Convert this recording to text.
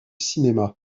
cinéma